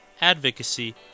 advocacy